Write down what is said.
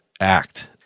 act